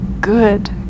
good